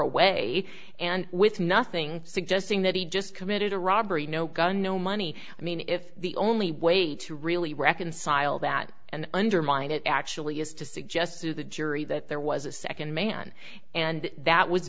away and with nothing suggesting that he just committed a robbery no gun no money i mean if the only way to really reconcile that and undermine it actually is to suggest to the jury that there was a second man and that was